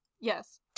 Yes